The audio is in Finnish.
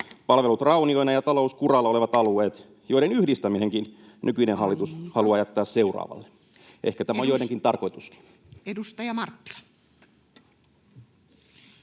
palvelut raunioina ja talous kuralla olevat alueet, [Puhemies: Aika!] joiden yhdistämisenkin nykyinen hallitus haluaa jättää seuraavalle. Ehkä tämä on joidenkin tarkoituskin. Edustaja Marttila.